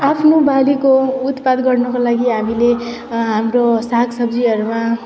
आफ्नो बारीको उत्पाद गर्नुको लागि हामीले हाम्रो सागसब्जीहरूमा